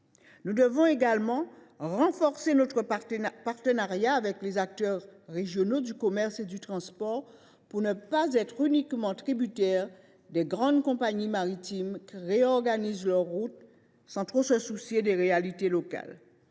Nous devons également renforcer notre partenariat avec les acteurs régionaux du commerce et du transport pour ne pas être uniquement tributaires des grandes compagnies maritimes, qui réorganisent leurs routes sans trop se soucier des réalités locales.